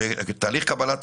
שתהליך קבלת